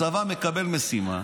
הצבא מקבל משימה